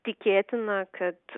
tikėtina kad